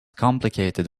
complicated